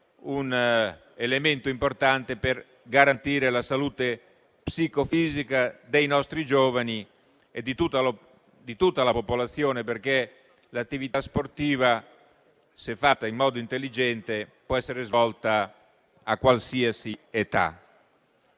un elemento importante per garantire la salute psicofisica dei nostri giovani e di tutta la popolazione. L'attività sportiva, infatti, se fatta in modo intelligente, può essere svolta a qualsiasi età.